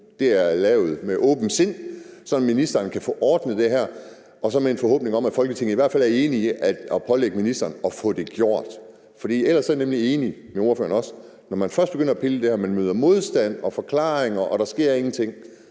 det er lavet med åbent sind, så ministeren kan få ordnet det her, og med en forhåbning om, at vi i Folketinget i hvert fald er enige om at pålægge ministeren at få det gjort. For ellers er jeg også enig med ordføreren i, at når man først begynder at pille ved det her, møder man modstand og får forklaringer, og der sker ingenting,